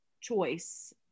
choice